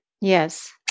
yes